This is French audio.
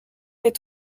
fait